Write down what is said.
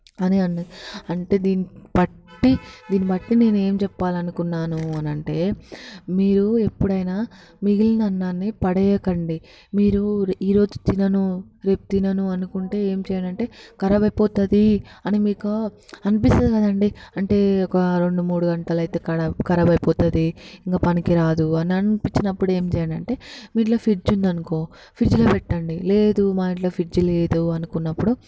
అని అన్నది అంటే దీన్ని బట్టి దీని బట్టి నేను ఏమి చెప్పాలి అనుకున్నాను అని అంటే మీరు ఎప్పుడైనా మిగిలిన అన్నాన్ని పడేయకండి మీరు ఈరోజు తినను రేపు తినను అనుకుంటే ఏం చేయాలంటే కరాబ్ అయిపోతుంది అని మీకు అనిపిస్తుంది కదండీ అంటే ఒక రెండు మూడు గంటలు అయితే కరాబ్ కరాబై పోతుంది ఇంకా పనికిరాదు అని అనిపించినపుడు ఏం చేయండి అంటే మీ ఇంట్లో ఫ్రిడ్జ్ ఉందనుకో ఫ్రిడ్జ్లో పెట్టండి లేదు మా ఇంట్లో ఫ్రిడ్జ్ లేదు అనుకున్నప్పుడు